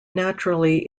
naturally